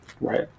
right